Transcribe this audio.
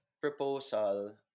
proposal